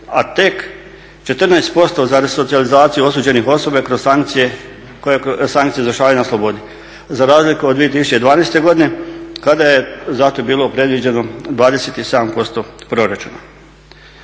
a tek 14% za resocijalizaciju osuđene osobe kroz sankcije, koje sankcije izvršavaju na slobodi. Za razliku od 2012. godine kada je za to bilo predviđeno 27% proračuna.